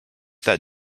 that